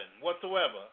whatsoever